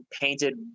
painted